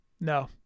No